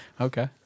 Okay